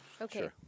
Okay